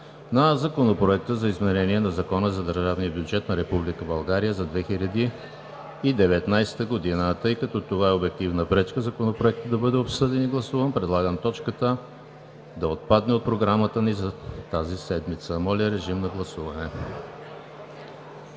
на Законопроекта за изменение на Закона за държавния бюджет на Република България за 2019 г. Тъй като това е обективна пречка Законопроектът да бъде обсъден и гласуван, предлагам точката да отпадне от Програмата ни за тази седмица. Моля, режим на гласуване.